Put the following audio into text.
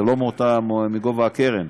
לא מגובה הקרן,